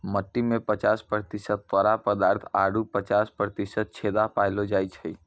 मट्टी में पचास प्रतिशत कड़ा पदार्थ आरु पचास प्रतिशत छेदा पायलो जाय छै